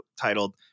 titled